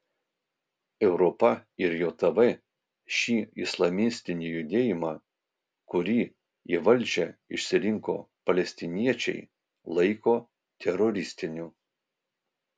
europa ir jav šį islamistinį judėjimą kurį į valdžią išsirinko palestiniečiai laiko teroristiniu